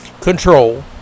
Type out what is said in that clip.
control